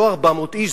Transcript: זה לא 400 איש,